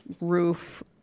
roof